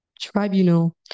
tribunal